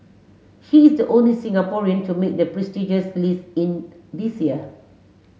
he is the only Singaporean to make the prestigious list in this year